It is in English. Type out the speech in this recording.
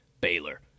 Baylor